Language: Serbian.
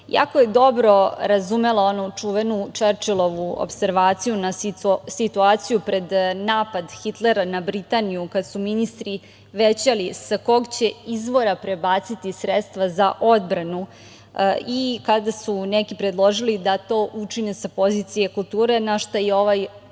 jako je dobro razumela onu čuvenu Čerčilovu opservaciju na situaciju pred napad Hitlera na Britaniju, kada su ministri većali sa kog će izvora prebaciti sredstva za odbranu i kada su neki predložili da to učine sa pozicije kulture, na šta je ovaj